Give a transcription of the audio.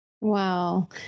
Wow